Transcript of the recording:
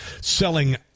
selling